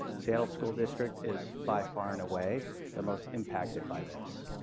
seattle school district is by far and away the most impacted by this.